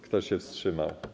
Kto się wstrzymał?